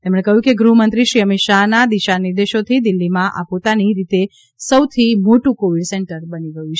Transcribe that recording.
તેમણે કહ્યું કે ગૃહમંત્રી શ્રી અમીત શાહના દિશાનિદેશોથી દિલ્હીમાં આ પોતાની રીતે સૌથી મોટું કોવિડ સેન્ટર બની ગયું છે